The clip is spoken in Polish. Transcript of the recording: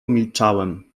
milczałem